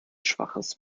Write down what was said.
schwaches